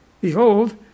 behold